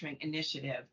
initiative